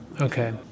Okay